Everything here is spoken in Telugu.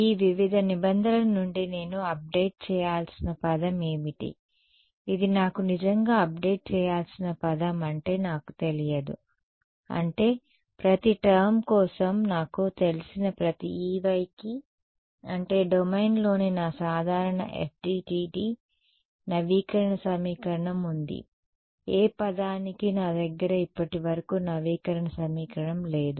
ఈ వివిధ నిబంధనల నుండి నేను అప్డేట్ చేయాల్సిన పదం ఏమిటి ఇది నాకు నిజంగా అప్డేట్ చేయాల్సిన పదం అంటే నాకు తెలియదు అంటే ప్రతి టర్మ్ కోసం నాకు తెలిసిన ప్రతి Ey కీ అంటే డొమైన్లోని నా సాధారణ FDTD నవీకరణ సమీకరణం ఉంది ఏ పదానికి నా దగ్గర ఇప్పటివరకు నవీకరణ సమీకరణం లేదు